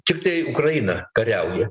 tiktai ukraina kariauja